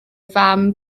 fam